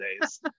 days